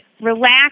relax